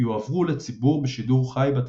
יועברו לציבור בשידור חי בטלוויזיה.